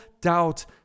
doubt